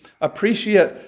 appreciate